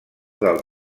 del